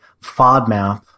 FODMAP